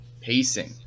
Pacing